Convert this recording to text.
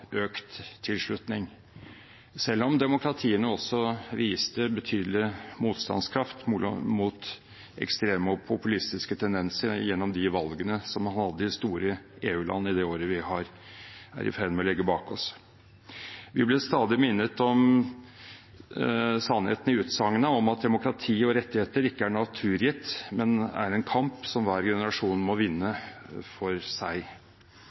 økt tilslutning, selv om demokratiene også viste betydelig motstandskraft mot ekstreme og populistiske tendenser gjennom de valgene man hadde i de store EU-landene i det året vi er i ferd med å legge bak oss. Vi blir stadig minnet om sannheten i utsagnet om at demokrati og rettigheter ikke er naturgitt, men en kamp som hver generasjon må vinne for seg.